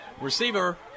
receiver